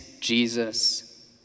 Jesus